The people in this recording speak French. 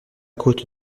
côte